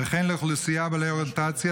וכן יש אוכלוסייה בעלת אוריינטציה